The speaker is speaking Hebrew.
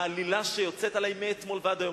העלילה שיוצאת עלי מאתמול ועד היום,